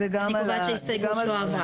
אני קובעת שהסתייגות לא עברה.